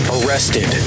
Arrested